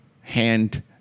hand